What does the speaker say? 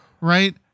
Right